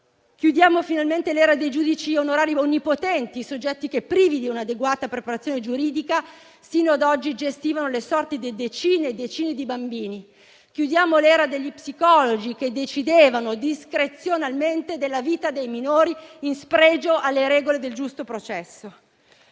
Chiudiamo finalmente l'era dei giudici onorari onnipotenti: soggetti che, privi di un'adeguata preparazione giuridica, fino ad oggi gestivano le sorti di decine e decine di bambini. Chiudiamo l'era degli psicologi che decidevano discrezionalmente della vita dei minori, in spregio alle regole del giusto processo.